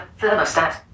thermostat